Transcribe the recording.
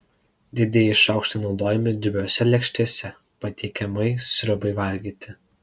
didieji šaukštai naudojami dubiose lėkštėse patiekiamai sriubai valgyti